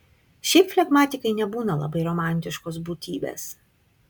šiaip flegmatikai nebūna labai romantiškos būtybės